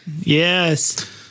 Yes